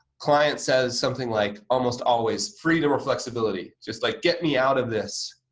client says something like almost always freedom or flexibility just like, get me out of this.